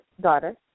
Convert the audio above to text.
daughter